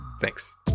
Thanks